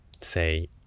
say